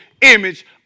image